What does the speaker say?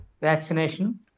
vaccination